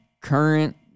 current